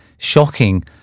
Shocking